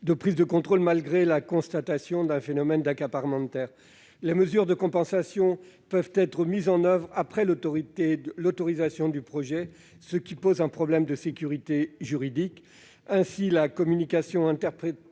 de prise de contrôle malgré la constatation d'un phénomène d'accaparement de terres. Les mesures de compensation peuvent être mises en oeuvre après l'autorisation du projet, ce qui pose un problème de sécurité juridique. Ainsi, selon la communication interprétative